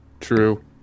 True